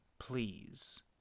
please